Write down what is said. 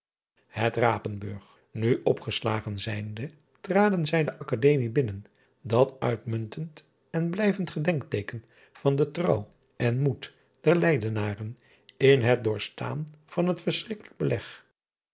et apenburg nu opgeslagen zijnde traden zij de kademie binnen dat uitmuntend en blijvend gedenkteeken van de trouw en moed der driaan oosjes zn et leven van illegonda uisman eydenaren in het doorstaan van het verschrikkelijk beleg